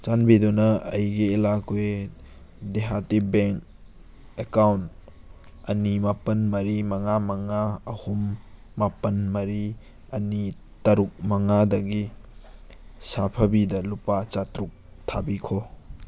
ꯆꯥꯟꯕꯤꯗꯨꯅ ꯑꯩꯒꯤ ꯏꯂꯥꯀ꯭ꯋꯦ ꯗꯦꯍꯥꯇꯤ ꯕꯦꯡ ꯑꯦꯀꯥꯎꯟ ꯑꯅꯤ ꯃꯥꯄꯟ ꯃꯔꯤ ꯃꯉꯥ ꯃꯉꯥ ꯑꯍꯨꯝ ꯃꯥꯄꯟ ꯃꯔꯤ ꯑꯅꯤ ꯇꯔꯨꯛ ꯃꯉꯥꯗꯒꯤ ꯁꯥꯐꯕꯤꯗ ꯂꯨꯄꯥ ꯆꯥꯇ꯭ꯔꯨꯛ ꯊꯥꯕꯤꯈꯣ